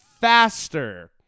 faster